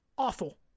awful